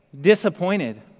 disappointed